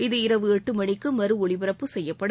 இது இரவு எட்டு மணிக்கு மறு ஒலிபரப்பு செய்யப்படும்